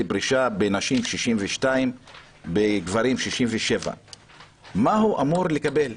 הפרישה בנשים גיל 62 ובגברים 67. מה הוא או היא אמורים לקבל,